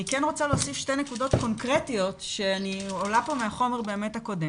אני כן רוצה להוסיף שתי נקודות קונקרטיות שעולה פה מהחומר הקודם.